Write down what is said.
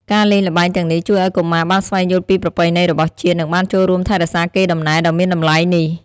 ការលេងល្បែងទាំងនេះជួយឲ្យកុមារបានស្វែងយល់ពីប្រពៃណីរបស់ជាតិ និងបានចូលរួមថែរក្សាកេរដំណែលដ៏មានតម្លៃនេះ។